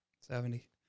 seventy